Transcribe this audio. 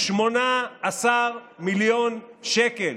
18 מיליון שקל,